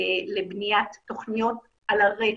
לבניית תוכניות על הרצף,